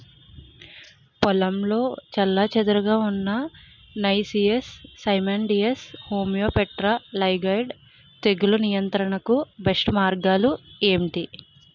పొలంలో చెల్లాచెదురుగా ఉన్న నైసియస్ సైమోయిడ్స్ హెమిప్టెరా లైగేయిడే తెగులు నియంత్రణకు బెస్ట్ మార్గాలు ఏమిటి?